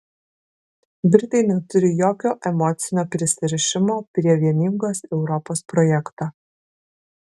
britai neturi jokio emocinio prisirišimo prie vieningos europos projekto